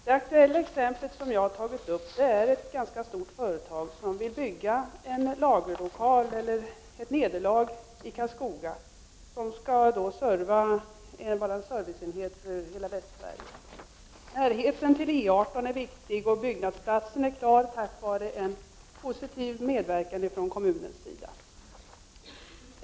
Det aktuella exempel som jag har tagit upp gäller ett ganska stort företag, som i Karlskoga vill bygga en lagerlokal eller ett nederlag som skall utgöra en serviceenhet för hela Västsverige. Närheten till E 18 är viktig, och byggnadsplatsen är klar tack vare en positiv medverkan från kommunens sida.